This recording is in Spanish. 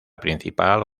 principal